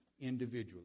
individually